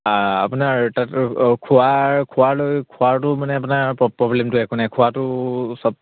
আপোনাৰ তাত খোৱাৰ খোৱা লৈ খোৱাটো মানে আপোনাৰ প্ৰব্লেমটো একো নাই খোৱাটো চব